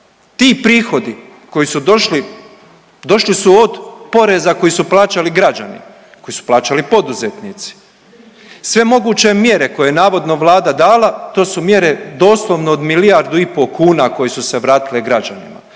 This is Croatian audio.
ti prihodi koji su došli došli su od poreza koji su plaćali građani, koji su plaćali poduzetnici. Sve moguće mjere koje je navodno vlada dala to su mjere doslovno od milijardu i po kuna koje su se vratile građanima,